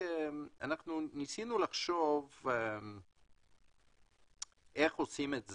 ניסינו לחשוב איך עושים את זה.